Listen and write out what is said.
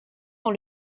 dans